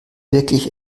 wirklich